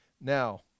Now